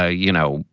ah you know,